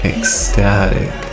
Ecstatic